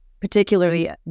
particularly